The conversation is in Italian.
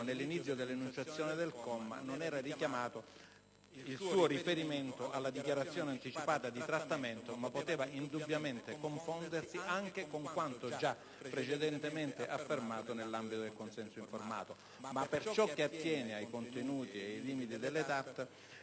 nell'inizio dell'enunciazione del comma, non era richiamato il suo riferimento alla dichiarazione anticipata di trattamento, ma poteva indubbiamente confondersi anche con quanto già precedentemente affermato nell'ambito del consenso informato. Ma per ciò che attiene ai contenuti ed ai limiti delle DAT